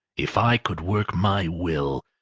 if i could work my will,